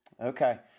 Okay